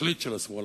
התכלית של השמאל,